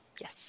Yes